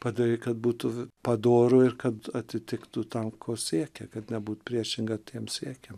padarė kad būtų padoru ir kad atitiktų tam ko siekia kad nebūt priešinga tiem siekiam